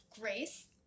Grace